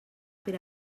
per